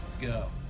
go